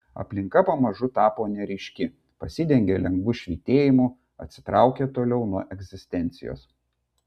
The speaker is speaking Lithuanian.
aplinka pamažu tapo neryški pasidengė lengvu švytėjimu atsitraukė toliau nuo egzistencijos